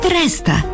resta